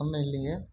ஒன்றும் இல்லைங்க